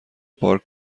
پارک